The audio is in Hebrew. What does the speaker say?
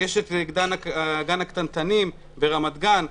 יש את גן הקטנטנים ברמת גן.